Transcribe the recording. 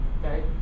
Okay